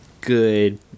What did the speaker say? good